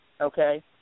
Okay